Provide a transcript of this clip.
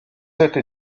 этой